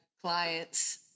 clients